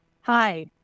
Hi